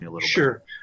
sure